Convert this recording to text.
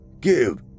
give